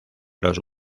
los